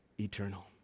eternal